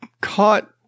caught